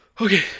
Okay